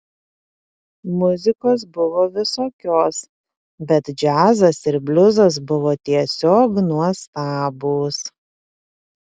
muzikos buvo visokios bet džiazas ir bliuzas buvo tiesiog nuostabūs